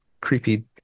creepy